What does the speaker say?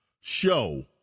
show